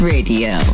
Radio